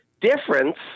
difference